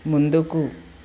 ముందుకు